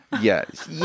Yes